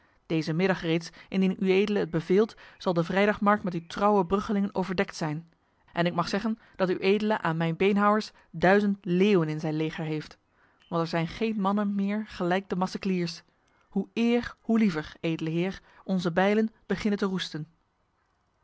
deze middag reeds indien uedele het beveelt zal de vrijdagmarkt met uw trouwe bruggelingen overdekt zijn en ik mag zeggen dat uedele aan mijn beenhouwers duizend leeuwen in zijn leger heeft want er zijn geen mannen meer gelijk de macecliers hoe eer hoe liever edele heer onze bijlen beginnen te roesten